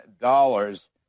dollars